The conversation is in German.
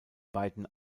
beiden